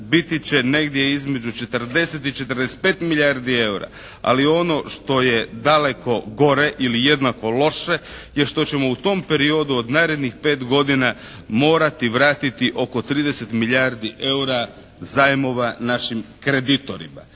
biti će negdje između 40 i 45 milijardi EUR-a. Ali ono što je daleko gore ili jednako loše je što ćemo u tom periodu od narednih 5 godina morati vratiti oko 30 milijardi EUR-a zajmova našim kreditorima.